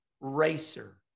RACER